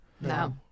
No